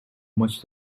much